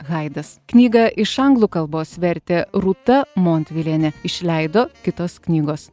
haidas knygą iš anglų kalbos vertė rūta montvilienė išleido kitos knygos